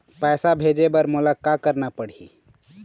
पैसा भेजे बर मोला का करना पड़ही?